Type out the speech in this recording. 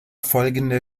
folgende